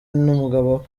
n’umugabo